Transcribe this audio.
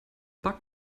bug